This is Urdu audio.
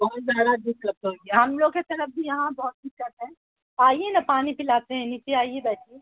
بہت زیادہ دقت ہو گیا ہم لوگ کے طرف بھی یہاں بہت دقت ہے آئیے نا پانی پلاتے ہیں نیچے آئیے بیٹھیے